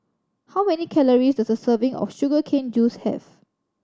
how many calories does a serving of sugar cane juice have